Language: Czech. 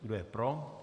Kdo je pro?